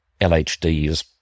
LHDs